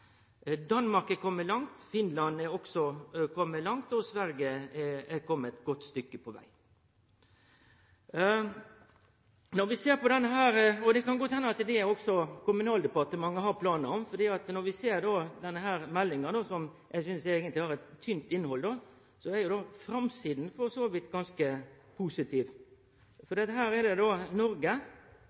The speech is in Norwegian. Danmark er kome langt, Finland er også kome langt, og Sverige er kome eit godt stykke på veg. Det kan godt hende at det er det også Kommunaldepartementet har planar om, for når vi ser på denne meldinga, som eg eigentleg synest har eit tynt innhald, er framsida for så vidt ganske positiv: Her er Noreg, riksløva står her oppe, og så er det